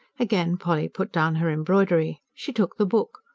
again polly put down her embroidery. she took the book.